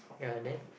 ya then